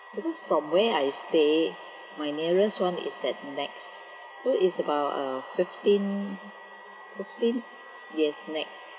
because from where I stay my nearest one is at NEX so it's about uh fifteen fifteen yes NEX